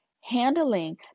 handling